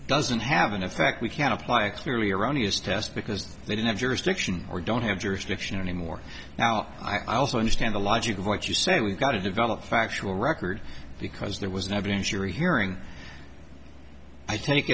doesn't have an effect we can apply a clearly erroneous test because they don't have jurisdiction or don't have jurisdiction anymore now i also understand the logic of what you say we've got to develop a factual record because there was no evidence you're hearing i take